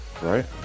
right